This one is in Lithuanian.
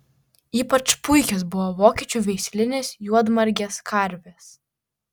ypač puikios buvo vokiečių veislinės juodmargės karvės